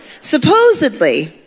Supposedly